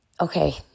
Okay